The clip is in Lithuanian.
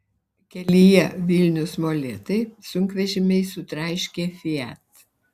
kelyje vilnius molėtai sunkvežimiai sutraiškė fiat